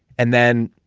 and then,